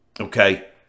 okay